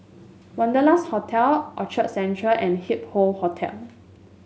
Wanderlust Hotel Orchard Central and Hup Hoe Hotel